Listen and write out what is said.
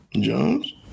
Jones